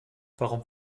warum